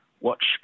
watch